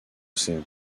océan